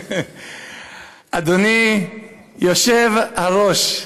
אדוני היושב-ראש,